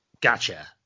Gotcha